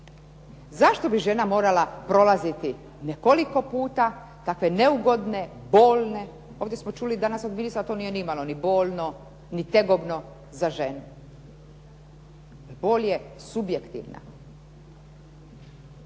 Zašto bi žena morala prolaziti nekoliko puta takve neugodne, bolne, ovdje smo čuli danas od ministra da to nije nimalo ni bolno ni tegobno za ženu. Bol je subjektivna.